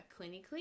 clinically